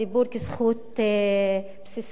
הזכות הבסיסית,